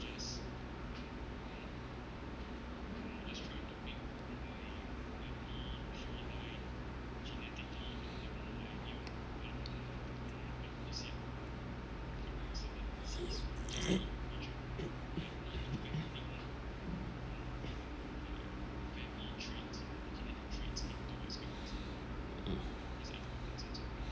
mm